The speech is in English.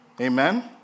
Amen